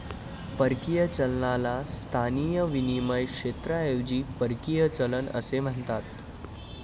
परकीय चलनाला स्थानिक विनिमय क्षेत्राऐवजी परकीय चलन असे म्हणतात